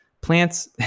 plants